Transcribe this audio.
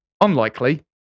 Unlikely